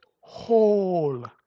whole